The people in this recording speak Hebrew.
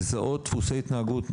לזהות דפוסי התנהגות.